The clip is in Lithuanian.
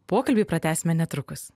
pokalbį pratęsime netrukus